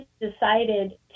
decided